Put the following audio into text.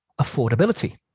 affordability